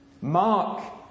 Mark